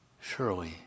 surely